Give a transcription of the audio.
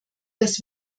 dass